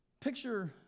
Picture